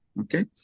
Okay